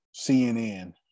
CNN